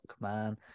man